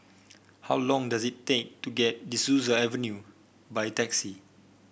how long does it take to get De Souza Avenue by taxi